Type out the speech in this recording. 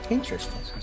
Interesting